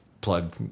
plug